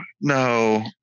no